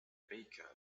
baker